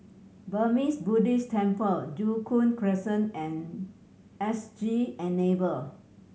Burmese Buddhist Temple Joo Koon Crescent and S G Enable